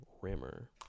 rimmer